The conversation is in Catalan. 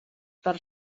per